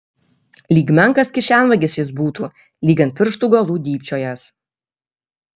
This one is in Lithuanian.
lyg menkas kišenvagis jis būtų lyg ant pirštų galų dybčiojąs